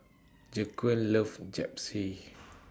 Jaquan loves Japchae